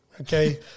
Okay